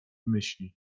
myśli